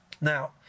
Now